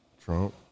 Trump